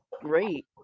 great